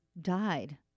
died